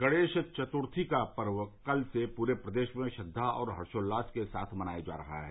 गणेश चत्र्थी का पर्व कल से पूरे प्रदेश में श्रद्वा और हर्षोल्लास के साथ मनाया जा रहा है